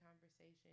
conversation